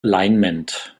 alignment